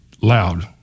Loud